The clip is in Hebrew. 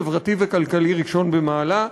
חברתי וכלכלי ראשון במעלה,